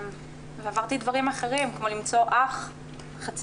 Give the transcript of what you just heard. ועברתי דברים אחרים כמו למצוא אח למחצה,